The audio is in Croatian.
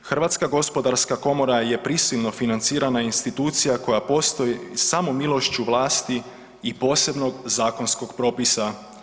Hrvatska gospodarska komora je prisilno financirana institucija koja postoji samo milošću vlasti i posebnog zakonskog propisa.